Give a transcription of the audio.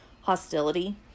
hostility